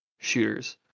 shooters